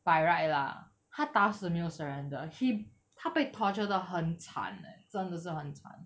by right lah 他打死没有 surrender he 他被 torture 的很惨 eh 真的是很惨